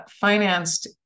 financed